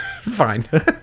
Fine